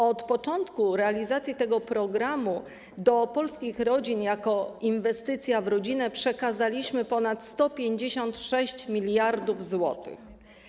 Od początku realizacji tego programu do polskich rodzin jako inwestycję w rodzinę przekazaliśmy ponad 156 mld zł.